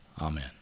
amen